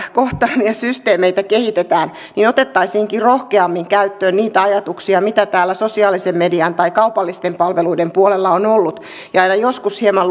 kohtaamissysteemeitä kehitetään niin otettaisiinkin rohkeammin käyttöön niitä ajatuksia joita täällä sosiaalisen median tai kaupallisten palveluiden puolella on ollut ja ja joskus hieman